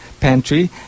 Pantry